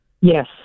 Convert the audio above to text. Yes